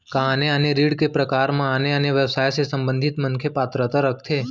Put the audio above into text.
का आने आने ऋण के प्रकार म आने आने व्यवसाय से संबंधित मनखे पात्रता रखथे?